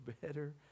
better